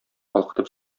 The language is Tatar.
калкытып